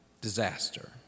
disaster